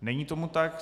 Není tomu tak.